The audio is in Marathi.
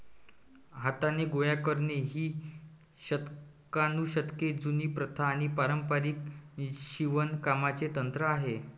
हाताने गोळा करणे ही शतकानुशतके जुनी प्रथा आणि पारंपारिक शिवणकामाचे तंत्र आहे